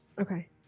Okay